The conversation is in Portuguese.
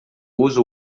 uso